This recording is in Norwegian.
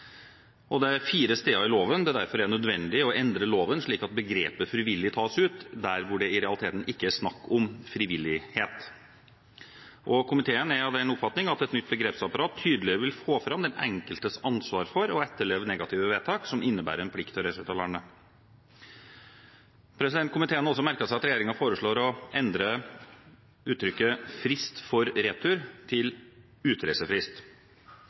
Det er derfor nødvendig å endre loven fire steder, slik at begrepet «frivillig» tas ut der hvor det i realiteten ikke er snakk om frivillighet. Komiteen er av den oppfatning at et nytt begrepsapparat tydeligere vil få fram den enkeltes ansvar for å etterleve negative vedtak som innebærer plikt til å reise ut av landet. Komiteen har også merket seg at regjeringen foreslår å endre uttrykket «frist for retur» til